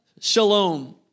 Shalom